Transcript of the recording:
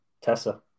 Tessa